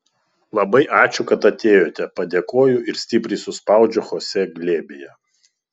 labai ačiū kad atėjote padėkoju ir stipriai suspaudžiu chosė glėbyje